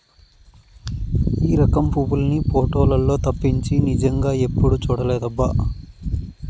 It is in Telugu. ఈ రకం పువ్వుల్ని పోటోలల్లో తప్పించి నిజంగా ఎప్పుడూ చూడలేదబ్బా